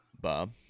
Bob